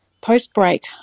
Post-break